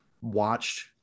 watched